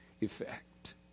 effect